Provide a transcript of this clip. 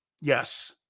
Yes